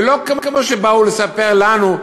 ולא כמו שבאו לספר לנו,